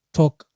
talk